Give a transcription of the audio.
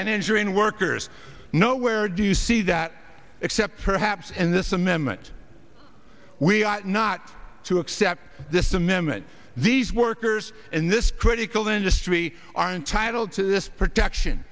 injuring workers nowhere do you see that except perhaps and this amendment we are not to accept this amendment these workers in this critical industry are entitled to this protection